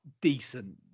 decent